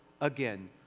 again